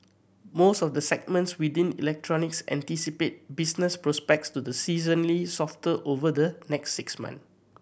most of the segments within electronics anticipate business prospects to the seasonally softer over the next six months